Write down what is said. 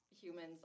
humans